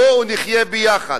בואו נחיה ביחד.